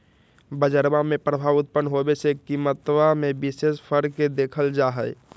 बजरवा में प्रभाव उत्पन्न होवे से कीमतवा में विशेष फर्क के देखल जाहई